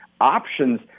options